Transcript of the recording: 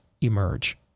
emerge